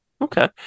Okay